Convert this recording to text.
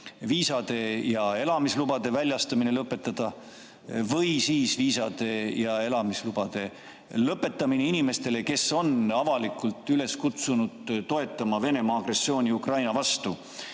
viisade ja elamislubade väljastamine lõpetada või siis viisad ja elamisload [tühistada] inimeste puhul, kes on avalikult üles kutsunud toetama Venemaa agressiooni Ukraina vastu.